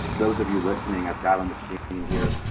those of you listening i've got on the screen here,